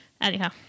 anyhow